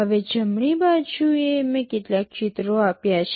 હવે જમણી બાજુએ મેં કેટલાક ચિત્રો આપ્યા છે